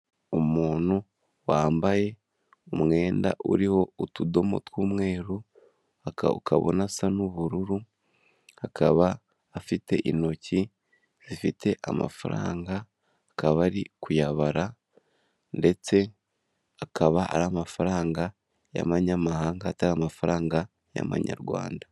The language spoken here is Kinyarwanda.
Umuntu wambaye umwenda uriho utudomo tw'umweru ukaba unasa n'ubururu akaba afite intoki zifite amafaranga akaba ari kuyabara, ndetse akaba ari amafaranga y'amanyamahanga atari amafaranga y'amanyarwanda.